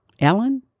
Ellen